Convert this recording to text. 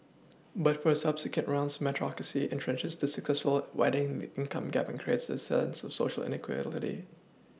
but for subsequent rounds Meritocracy entrenches the successful widens income gap and creates a sense of Social inequity